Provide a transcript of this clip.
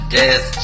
death